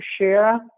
share